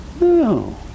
No